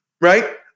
right